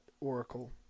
Oracle